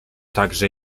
także